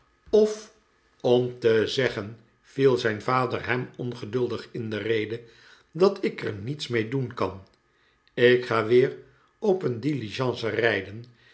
of om te zeggen viel zijn vader hem ongeduldig in de rede dat ik er niets mee doen kan ik ga weer op een diligence rijden